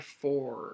four